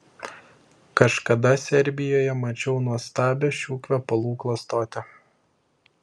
kažkada serbijoje mačiau nuostabią šių kvepalų klastotę